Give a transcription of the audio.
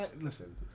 listen